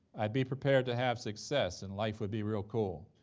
i'd be prepared to have success and life would be real cool.